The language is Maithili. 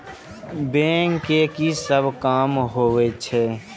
बैंक के की सब काम होवे छे?